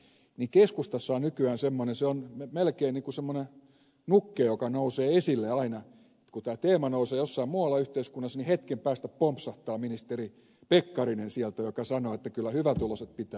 huovinen hyvin sanoi keskustassa on nykyään melkein niin kuin semmoinen nukke joka nousee esille aina kun tämä teema nousee jossain muualla yhteiskunnassa että hetken päästä pompsahtaa ministeri pekkarinen sieltä joka sanoo että kyllä hyvätuloiset pitää saada